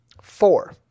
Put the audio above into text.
four